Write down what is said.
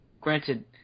granted